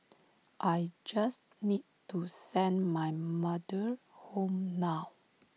I just need to send my mother home now